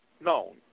known